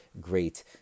great